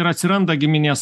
ir atsiranda giminės